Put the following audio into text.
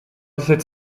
cette